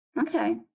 okay